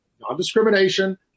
non-discrimination